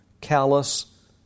callous